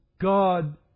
God